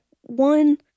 one